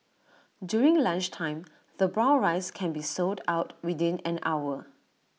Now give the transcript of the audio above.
during lunchtime the brown rice can be sold out within an hour